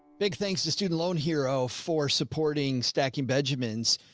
big thanks to student loan hero for supporting stacking. benjamins.